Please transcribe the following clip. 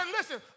listen